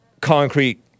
concrete